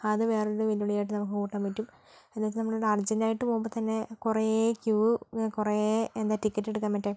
അത് വേറൊരു വെല്ലുവിളി ആയിട്ട് നമുക്ക് കൂട്ടാൻ പറ്റും എന്ന് വെച്ചാൽ നമ്മൾ ഇവിടെ അർജന്റായിട്ട് പോകുമ്പോൾ തന്നെ കുറേ ക്യു കുറേ എന്താ ടിക്കറ്റ് എടുക്കാൻ മറ്റേ